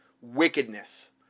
wickedness